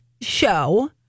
show